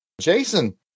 Jason